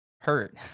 hurt